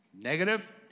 Negative